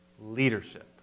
leadership